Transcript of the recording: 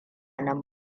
nan